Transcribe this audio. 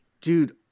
dude